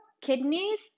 kidneys